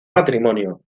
matrimonio